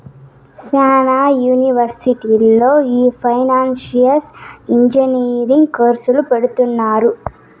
శ్యానా యూనివర్సిటీల్లో ఈ ఫైనాన్సియల్ ఇంజనీరింగ్ కోర్సును పెడుతున్నారు